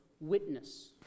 witness